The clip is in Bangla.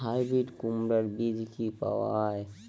হাইব্রিড কুমড়ার বীজ কি পাওয়া য়ায়?